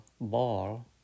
ball